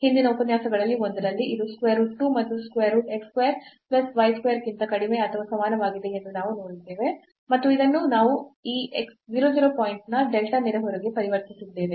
ಹಿಂದಿನ ಉಪನ್ಯಾಸಗಳಲ್ಲಿ ಒಂದರಲ್ಲಿ ಇದು square root 2 and square root x square plus y square ಕ್ಕಿಂತ ಕಡಿಮೆ ಅಥವಾ ಸಮಾನವಾಗಿದೆ ಎಂದು ನಾವು ನೋಡಿದ್ದೇವೆ ಮತ್ತು ಇದನ್ನು ನಾವು ಈ 0 0 ಪಾಯಿಂಟ್ನ delta ನೆರೆಹೊರೆಗೆ ಪರಿವರ್ತಿಸಿದ್ದೇವೆ